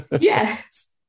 Yes